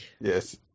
Yes